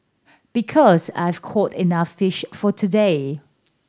because I've caught enough fish for today